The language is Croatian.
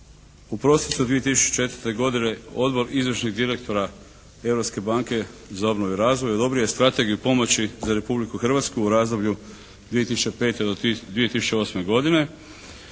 U prosincu 2004. godine odbor izvršnih direktora Europske banke za obnovu i razvoj odobrio je strategiju pomoći za Republiku Hrvatsku u razdoblju 2005. do 2008. godine